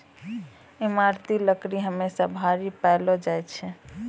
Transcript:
ईमारती लकड़ी हमेसा भारी पैलो जा छै